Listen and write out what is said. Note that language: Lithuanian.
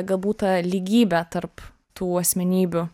galbūt ta lygybė tarp tų asmenybių